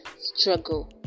struggle